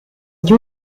gli